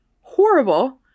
horrible